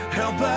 help